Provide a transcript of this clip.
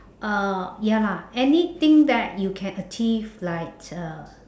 uh ya lah anything that you can achieve like uh